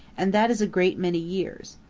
and that is a great many years.